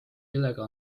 millega